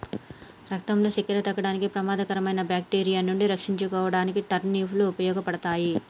రక్తంలో సక్కెర తగ్గించడానికి, ప్రమాదకరమైన బాక్టీరియా నుండి రక్షించుకోడానికి టర్నిప్ లు ఉపయోగపడతాయి